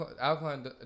alkaline